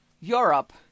Europe